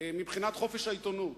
מבחינת חופש העיתונות.